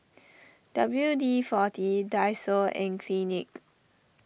W D forty Daiso and Clinique